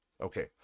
okay